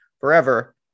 forever